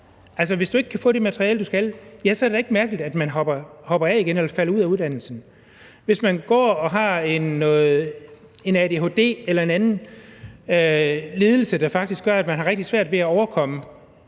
hvis du ikke kan få det materiale, du skal, er det da ikke mærkeligt, at man hopper af igen eller falder ud af uddannelsen. Hvis man går og har en adhd-diagnose eller en anden lidelse, der gør, at man egentlig har rigtig svært ved at overkomme